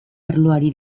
arloari